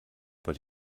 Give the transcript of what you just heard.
but